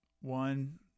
One